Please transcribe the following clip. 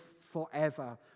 forever